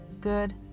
good